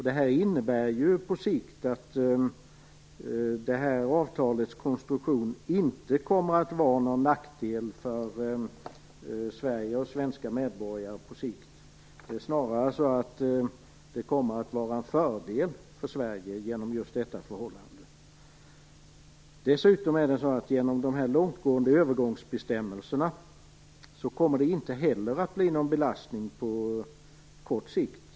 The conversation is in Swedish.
Det innebär på sikt att avtalets konstruktion inte kommer att vara någon nackdel för Sverige och svenska medborgare. Det är snarare så att det kommer att vara en fördel för Sverige. Dessutom är det så att genom de långtgående övergångsbestämmelserna kommer det inte heller att bli någon belastning på kort sikt.